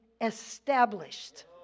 established